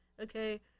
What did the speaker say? Okay